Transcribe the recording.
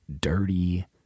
dirty